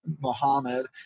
Muhammad